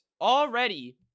already